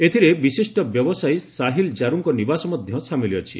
ଏଥିରେ ବିଶିଷ୍ଟ ବ୍ୟବସାୟୀ ସାହିଲ ଜାରୁଙ୍କ ନିବାସ ମଧ୍ୟ ସାମିଲ ଅଛି